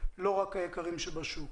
לא רק היקרים שבשוק.